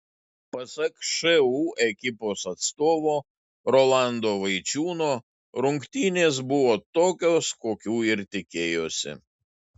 pasak šu ekipos atstovo rolando vaičiūno rungtynės buvo tokios kokių ir tikėjosi